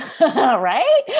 right